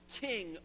King